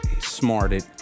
smarted